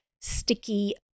sticky